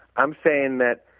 i am saying that